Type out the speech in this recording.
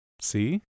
See